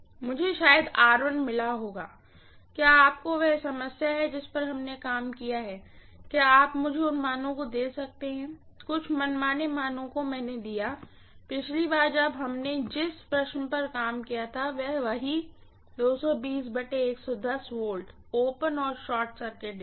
मुझे शायद मिला होगा क्या आपको वह समस्या है जिस पर हमने काम किया है क्या आप मुझे उन मानों को दे सकते हैं कुछ मनमाने मानों जो मैंने दिए पिछली बार जब हमने जिस प्रश्न पर काम किया था वही समान V ओपन और शार्ट सर्किट डाटा